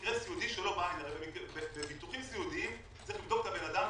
הרי בביטוחים סיעודיים צריך לבדוק את האדם,